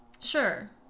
Sure